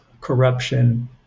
corruption